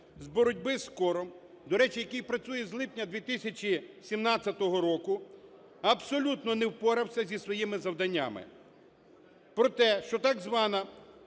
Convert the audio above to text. з боротьби з кором, до речі, який працює з липня 2017 року, абсолютно не впорався зі своїми завданнями.